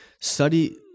study